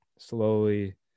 slowly